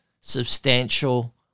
substantial